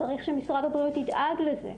צריך שמשרד הבריאות ידאג לזה.